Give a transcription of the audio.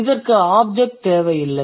இதற்கு ஆப்ஜெக்ட் தேவையில்லை